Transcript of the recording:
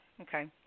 okay